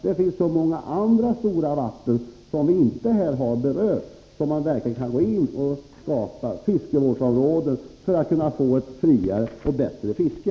Det finns så många andra stora vatten som vi inte här har berört, där man verkligen kan gå in och starta fiskevårdsområden för att få ett friare och bättre fiske.